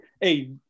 hey